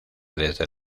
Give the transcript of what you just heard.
desde